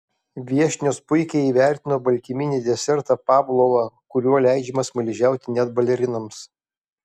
viešnios puikiai įvertino baltyminį desertą pavlovą kuriuo leidžiama smaližiauti net balerinoms